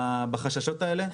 להמעיט בחששות האלה,